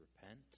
repent